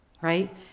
right